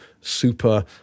super